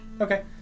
Okay